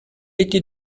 était